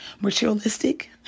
materialistic